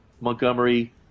Montgomery –